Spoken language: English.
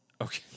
Okay